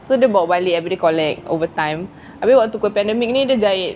so dia bawa balik abeh dia collect over time abeh waktu pandemic ni dia jahit